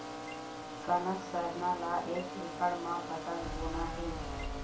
कनक सरना ला एक एकड़ म कतक बोना हे?